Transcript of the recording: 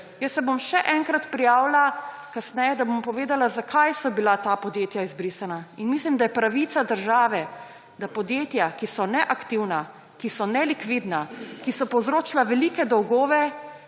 Jaz se bom še enkrat prijavila kasneje, da bom povedala, zakaj so bila ta podjetja izbrisana. Mislim, da je pravica države, da podjetja, ki so neaktivna, ki so nelikvidna, ki so povzročila velike dolgove,